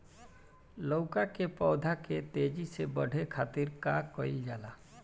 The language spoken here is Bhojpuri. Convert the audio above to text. लउका के पौधा के तेजी से बढ़े खातीर का कइल जाला?